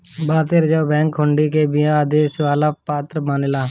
भारतीय reserve bank हुंडी के बिना आदेश वाला पत्र मानेला